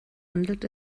handelt